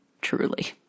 truly